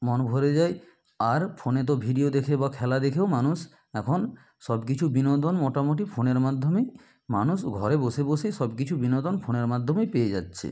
মন ভরে যায় আর ফোনে তো ভিডিও দেখে বা খেলা দেখেও মানুষ এখন সবকিছু বিনোদন মোটামুটি ফোনের মাধ্যমেই মানুষ ঘরে বসে বসেই সবকিছু বিনোদন ফোনের মাধ্যমেই পেয়ে যাচ্ছে